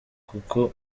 kuko